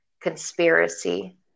conspiracy